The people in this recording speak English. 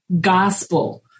gospel